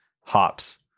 hops